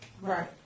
Right